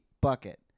Bucket